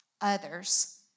others